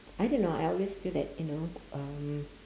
I don't know I always feel that you know um